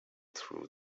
through